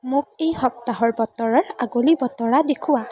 মোক এই সপ্তাহৰ বতৰৰ আগলি বতৰা দেখুওৱা